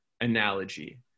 analogy